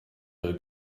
ihre